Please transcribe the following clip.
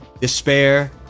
despair